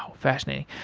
fascinating.